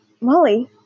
Molly